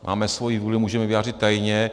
Máme svoji vůli, můžeme ji vyjádřit tajně.